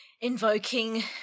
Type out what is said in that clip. invoking